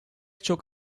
çok